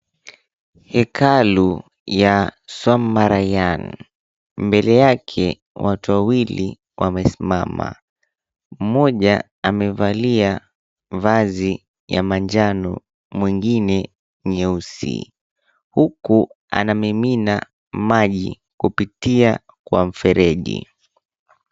Hekalu ya Swaminarayan. Mbele yake watu wawili wamesimama, mmoja amevalia vazi ya manjano, mwingine nyeusi. Huku anamimina maji kupitia kwa mfereji.